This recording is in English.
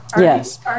Yes